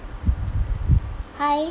hi